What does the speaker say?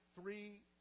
three